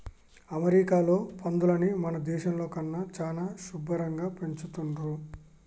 అమెరికాలో పందులని మన దేశంలో కన్నా చానా శుభ్భరంగా పెంచుతున్రు